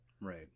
Right